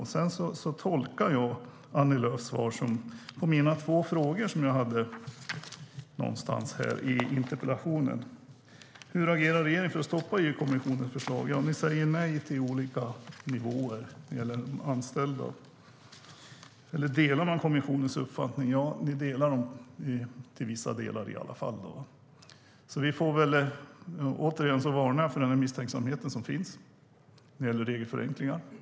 Jag tolkar Annie Lööfs svar på mina frågor i interpellationen om hur regeringen agerar för att stoppa EU-kommissionens förslag och om regeringen delar kommissionens uppfattning som att regeringen säger nej till olika nivåer för de anställda och att regeringen till viss del delar kommissionens uppfattning. Återigen varnar jag för misstänksamheten mot regelförenklingar.